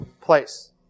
place